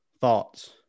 Thoughts